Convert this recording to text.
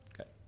Okay